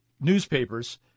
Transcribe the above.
newspapers